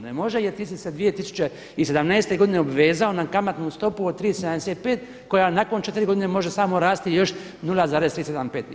Ne može jer ti si se 2017. godine obvezao na kamatnu stopu od 3,75 koja nakon 4 godine može samo rasti još 0,375.